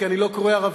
כי אני לא קורא ערבית,